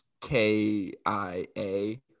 K-I-A